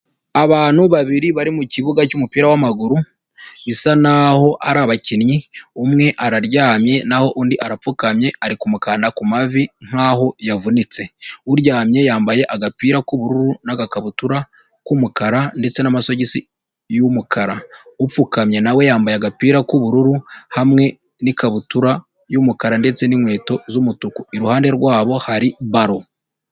Abantu babiri bari mu kibuga cy'umupira w'amaguru bisa n'aho ari abakinnyi, umwe araryamye naho undi arapfukamye ari kumukanda ku mavi nk'aho yavunitse, uryamye yambaye agapira k'ubururu n'agakabutura k'umukara ndetse n'amasogisi y'umukara, upfukamye na we yambaye agapira k'ubururu hamwe n'ikabutura y'umukara ndetse n'inkweto z'umutuku, iruhande rwabo hari baro.